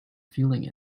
feeling